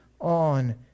on